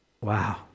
Wow